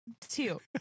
Two